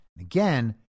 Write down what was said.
Again